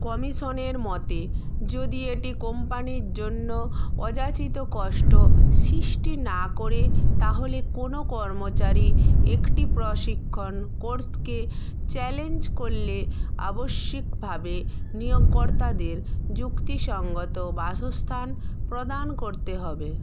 কমিশনের মতে যদি এটি কোম্পানির জন্য অযাচিত কষ্ট সৃষ্টি না করে তাহলে কোনো কর্মচারী একটি প্রশিক্ষণ কোর্সকে চ্যালেঞ্জ করলে আবশ্যিকভাবে নিয়োগকর্তাদের যুক্তিসঙ্গত বাসস্থান প্রদান করতে হবে